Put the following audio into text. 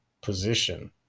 position